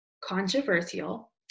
controversial